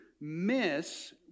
miss